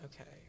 Okay